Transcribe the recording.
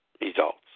results